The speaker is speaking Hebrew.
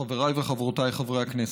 חבריי וחברותיי חברי הכנסת,